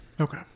Okay